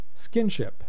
skinship